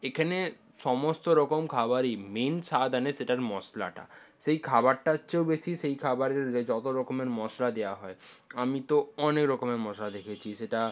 এখানে সমস্ত রকম খাবারই মেন স্বাদ আনে সেটার মশলাটা সেই খাবারটার চেয়েও বেশি সেই খাবারের যত রকমের মশলা দেওয়া হয় আমি তো অনেক রকমের মশলা দেখেছি সেটা